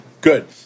good